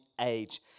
age